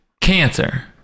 Cancer